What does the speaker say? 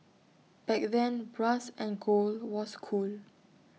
back then brass and gold was cool